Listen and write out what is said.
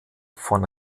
von